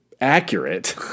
accurate